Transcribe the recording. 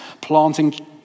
planting